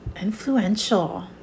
influential